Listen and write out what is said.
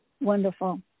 Wonderful